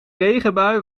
regenbui